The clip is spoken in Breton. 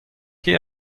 ket